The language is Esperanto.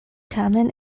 tamen